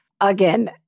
Again